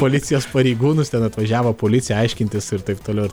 policijos pareigūnus ten atvažiavo policija aiškintis ir taip toliau ir